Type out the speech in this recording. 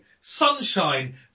Sunshine